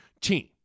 team